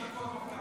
ואז הוא תקוע בפקק.